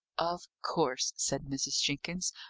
of course, said mrs. jenkins,